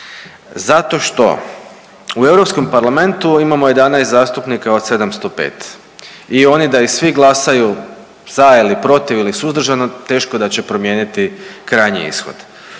Zato što u Europskom parlamentu imamo 11 zastupnika od 705 i oni da i svi glasuju za ili protiv ili suzdržano teško da će promijeniti krajnji ishod.